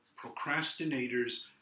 procrastinators